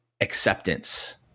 acceptance